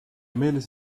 meeles